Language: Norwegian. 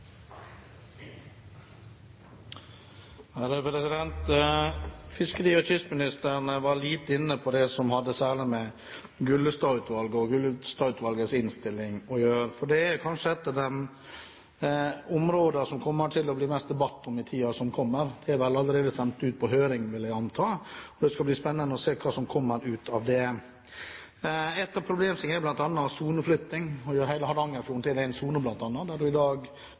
de områdene som det kommer til å bli mest debatt om i tiden som kommer. Den er vel allerede sendt ut på høring, vil jeg anta. Det skal bli spennende å se hva som kommer ut av det. En av problemstillingene er soneflytting, bl.a. å gjøre hele Hardangerfjorden til én sone, der man i dag